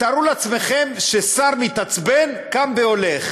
תארו לעצמכם ששר מתעצבן, קם והולך.